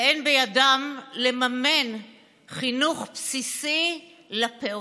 ואין בידם לממן חינוך בסיסי לפעוטות.